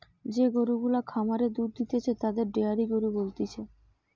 যে গরু গুলা খামারে দুধ দিতেছে তাদের ডেয়ারি গরু বলতিছে